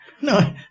No